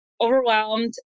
overwhelmed